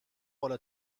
بالا